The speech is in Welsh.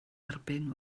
erbyn